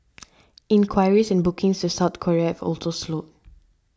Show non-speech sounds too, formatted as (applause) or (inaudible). (noise) inquiries and bookings to South Korea have also slowed